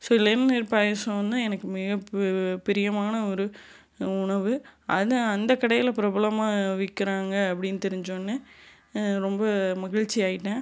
so இளநீர் பாயசம்னால் எனக்கு மிகவும் பிரியமான ஒரு உணவு அது அந்த கடையில் பிரபலமாக விற்கிறாங்க அப்படின்னு தெரிஞ்சவுடனே ரொம்ப மகிழ்ச்சி ஆகிட்டேன்